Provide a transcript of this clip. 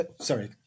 Sorry